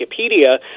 Wikipedia